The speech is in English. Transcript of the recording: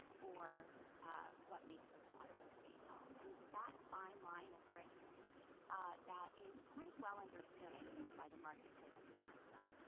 or what makes us want to stay home? and it's that fine line of risk that is quite well understood, i think, by the marketplace of tourism.